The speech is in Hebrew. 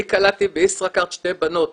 אני קלטתי בישראכרט שתי בנות